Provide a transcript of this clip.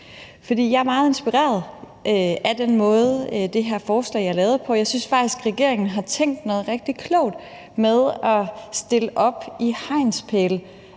Jeg er meget inspireret af den måde, det her forslag er lavet på. Jeg synes faktisk, at regeringen har tænkt noget rigtig klogt med at stille hegnspæle